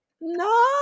no